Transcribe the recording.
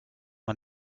man